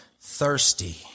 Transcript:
thirsty